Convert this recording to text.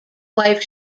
wife